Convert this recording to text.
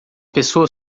pessoa